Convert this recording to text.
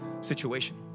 situation